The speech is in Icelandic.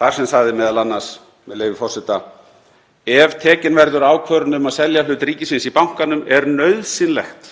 þar sem sagði m.a., með leyfi forseta: „Ef tekin verður ákvörðun um að selja hlut ríkisins í bankanum er nauðsynlegt